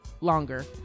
longer